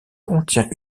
contient